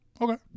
okay